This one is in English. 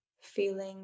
feeling